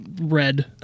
Red